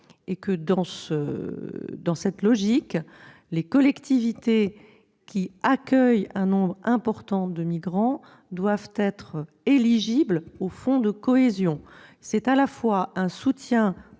Dans cette logique, les collectivités accueillant un nombre important de migrants devront être éligibles au fonds de cohésion. Ce serait un soutien